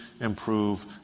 improve